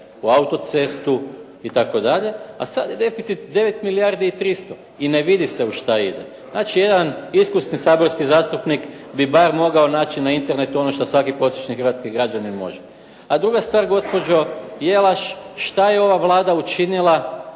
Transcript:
u autocestu itd., a sad je deficit 9 milijardi i 300 i ne vidi se u šta ide. Znači jedan iskusni saborski zastupnik bi bar mogao naći na Internetu ono što svaki prosječni hrvatski građanin može. A druga stvar, gospođo Jelaš, šta je ova Vlada učinila